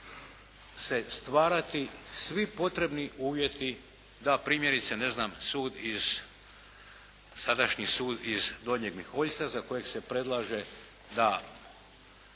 se stvarati svi potrebni uvjeti da primjerice ne znam sud, sadašnji sud iz Donjeg Miholjca za kojeg se predlaže da